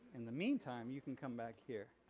in the meantime you can come back here.